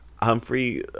Humphrey